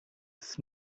his